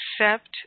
accept